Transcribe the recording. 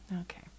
Okay